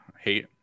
hate